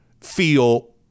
feel